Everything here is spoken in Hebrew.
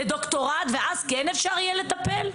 לדוקטורט ואז כן אפשר יהיה לטפל?